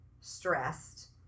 stressed